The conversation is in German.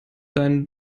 deinen